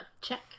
Check